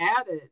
added